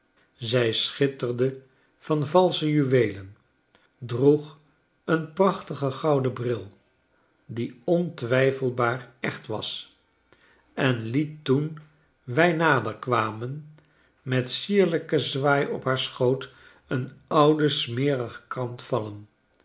zij schitterde van valsche juweelen droeg een prachtigen gouden bril die ontwijfelbaar echt was en liet toen wij nader kwamen met sierlijken zwaai op haar schoot een oude smerige krant vallen